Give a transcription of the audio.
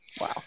Wow